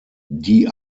die